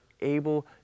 able